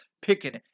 picking